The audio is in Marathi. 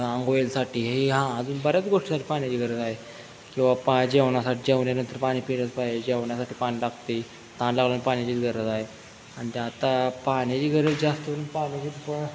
अंघोळीसाठी हे हां अजून बऱ्याच गोष्टीसाठी पाण्याची गरज आहे किंवा पा जेवणासाठी जेवणानंतर पाणी पिलंच पाहिजे जेवण्यासाठी पाणी लागते तहान लावल्यानं पाण्याचीच गरज आहे आणि त्या आता पाण्याची गरज जास्तकरून पाण्याची प